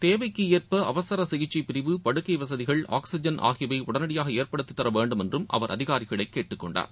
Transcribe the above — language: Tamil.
தேவைக்கு ஏற்ப அவசர சிகிச்சை பிரிவு படுக்கை வசதிகள் ஆக்சிஜன் ஆகியவை உடனடியாக ஏற்படுத்தி தர வேண்டும் என்று அவர் அதிகாரிகளை கேட்டுக்கொண்டார்